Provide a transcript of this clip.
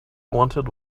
wanted